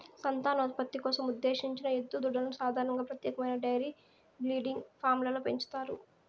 సంతానోత్పత్తి కోసం ఉద్దేశించిన ఎద్దు దూడలను సాధారణంగా ప్రత్యేకమైన డెయిరీ బ్రీడింగ్ ఫామ్లలో పెంచుతారు